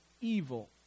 evil